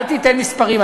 אל תיתן מספרים,